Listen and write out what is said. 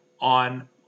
on